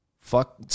fuck